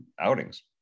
outings